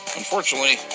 Unfortunately